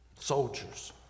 Soldiers